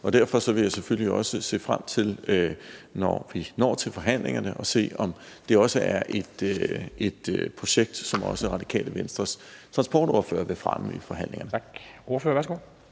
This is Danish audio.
Derfor vil jeg selvfølgelig også se frem til, når vi når til forhandlingerne, at høre, om det er et projekt, som også Radikale Venstres transportordfører vil fremme i forhandlingerne.